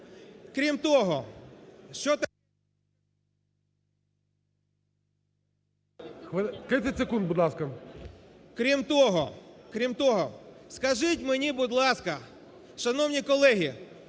Крім того, скажіть мені, будь ласка, шановні колеги,